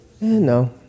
no